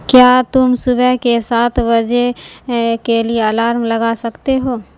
کیا تم صبح کے سات بجے کے لیے الارم لگا سکتے ہو